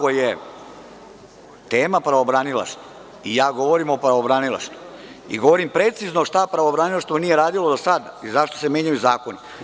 Ako je tema pravobranilaštvo, ja govorim o pravobranilaštvu i govorim precizno šta pravobranilaštvo nije radilo do sada i zašto se menjaju zakoni…